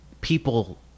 people